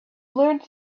learned